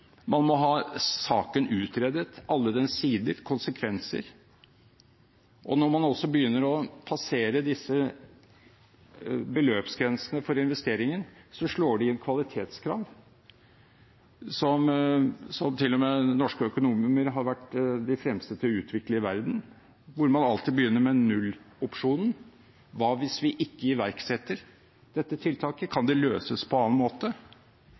Man må ha saken utredet – alle dens sider og konsekvenser. Når man begynner å passere beløpsgrensene for investeringen, slår det inn kvalitetskrav som norske økonomer til og med har vært de fremste til å utvikle i verden, hvor man alltid begynner med nullopsjonen: Hva hvis vi ikke iverksetter dette tiltaket? Kan det løses på annen måte?